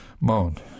moaned